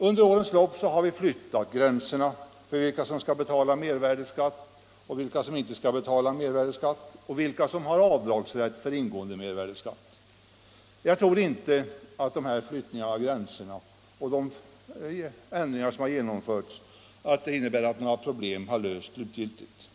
Under årens lopp har vi flyttat gränserna för vilka som skall betala mervärdeskatt och vilka som inte skall göra det, liksom gränserna för vilka som har avdragsrätt för ingående mervärdeskatt. Jag tror inte att de här flyttningarna av gränserna och de ändringar som har genomförts innebär att några problem har lösts slutgiltigt.